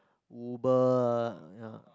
Uber